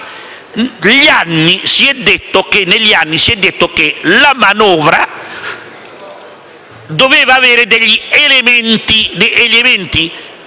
Negli anni si è detto che la manovra doveva avere degli elementi temperanti